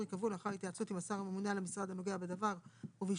ייקבעו לאחר התייעצות עם השר הממונה על המשרד הנוגע בדבר ובאישור